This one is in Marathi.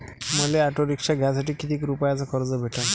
मले ऑटो रिक्षा घ्यासाठी कितीक रुपयाच कर्ज भेटनं?